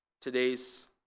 today's